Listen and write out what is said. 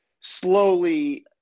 slowly